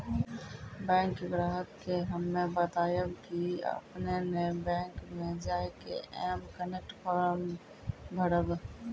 bank ग्राहक के हम्मे बतायब की आपने ने बैंक मे जय के एम कनेक्ट फॉर्म भरबऽ